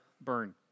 Burn